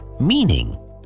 Meaning